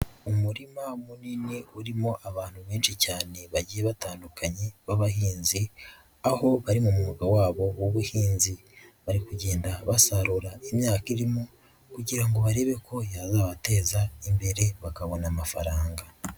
Umurima munini urimo abantu benshi cyane bagiye batandukanye b'abahinzi, aho bari mu mwuga wabo w'ubuhinzi, bari kugenda basarura imyaka irimo kugira barebe ko yazabateza imbere bakabona amafaranga.